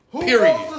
Period